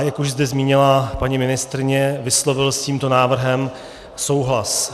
Jak už zde zmínila paní ministryně, vyslovil s tímto návrhem souhlas.